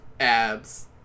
abs